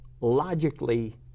logically